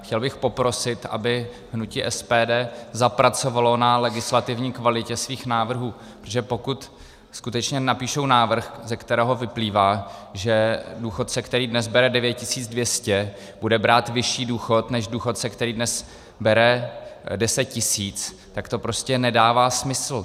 Chtěl bych poprosit, aby hnutí SPD zapracovalo na legislativní kvalitě svých návrhů, protože pokud skutečně napíšou návrh, ze kterého vyplývá, že důchodce, který dnes bere 9 200, bude brát vyšší důchod než důchodce, který dnes bere 10 tisíc, tak to prostě nedává smysl.